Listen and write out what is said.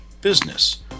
business